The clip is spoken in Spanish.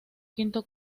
quinto